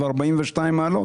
42 מעלות,